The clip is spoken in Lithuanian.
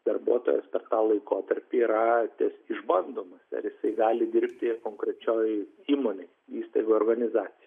darbuotojas per tą laikotarpį yra te išbandomas ar jisai gali dirbti konkrečioj įmonėj įstaigoj organizacijoj